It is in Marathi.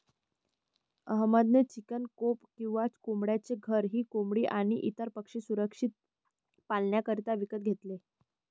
अहमद ने चिकन कोप किंवा कोंबड्यांचे घर ही कोंबडी आणी इतर पक्षी सुरक्षित पाल्ण्याकरिता विकत घेतले